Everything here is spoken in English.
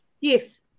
Yes